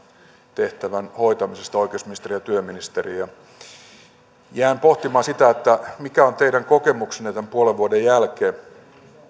tehtävän hoitamisesta oikeusministerin ja työministerin jään pohtimaan mikä on teidän kokemuksenne tämän puolen vuoden jälkeen